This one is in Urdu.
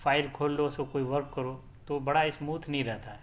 فائل کھول لو اس کو کوئی ورک کرو تو بڑا اسموتھ نہیں رہتا ہے